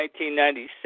1996